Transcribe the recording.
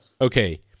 Okay